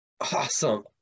Awesome